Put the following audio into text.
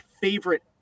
favorite